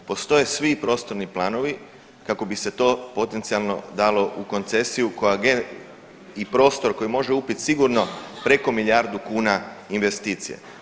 Postoje svi prostorni planovi kako bi se to potencijalno dalo u koncesiju koja, i prostor koji može upit sigurno preko milijardu kuna investicija.